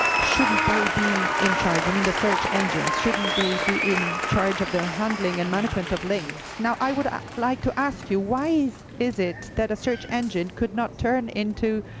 shouldn't they be in charge, i mean the search engines? shouldn't they be in charge of the handling and management of links? i would like to ask you why is is it that a search engine could not turn into